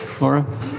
Laura